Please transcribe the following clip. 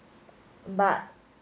but